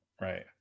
Right